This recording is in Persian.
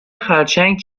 خرچنگ